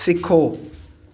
सिक्खो